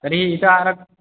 तर्हि इत आर